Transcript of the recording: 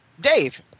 Dave